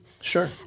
Sure